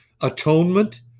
atonement